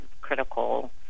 critical